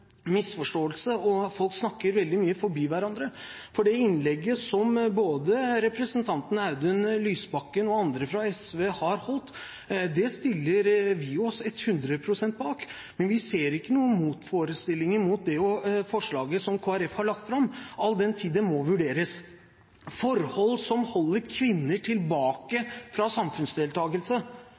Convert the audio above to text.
misforståelse. Folk snakker veldig mye forbi hverandre, for vi stiller oss 100 pst. bak innlegg som både representanten Audun Lysbakken og andre fra SV har holdt. Men vi ser ikke noen motforestillinger mot det forslaget som Kristelig Folkeparti har lagt fram, all den tid det må vurderes. Forhold som holder kvinner tilbake fra